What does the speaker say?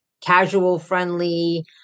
casual-friendly